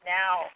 now